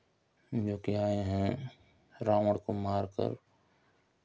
जो की आए हैं रावण को मार कर